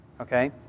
okay